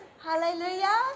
Hallelujah